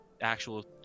actual